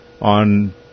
on